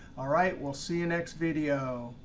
all right, we'll see you next video.